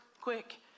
quick